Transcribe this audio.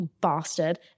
bastard